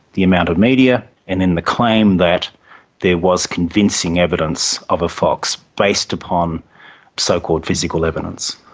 the amount of media, and then the claim that there was convincing evidence of a fox based upon so-called physical evidence.